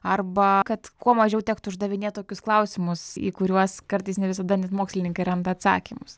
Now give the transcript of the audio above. arba kad kuo mažiau tektų uždavinėt tokius klausimus į kuriuos kartais ne visada net mokslininkai randa atsakymus